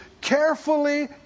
carefully